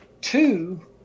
two